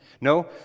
no